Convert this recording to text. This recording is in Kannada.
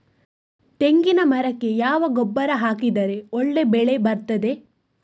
ತೆಂಗಿನ ಮರಕ್ಕೆ ಯಾವ ಗೊಬ್ಬರ ಹಾಕಿದ್ರೆ ಒಳ್ಳೆ ಬೆಳೆ ಬರ್ತದೆ?